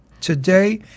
today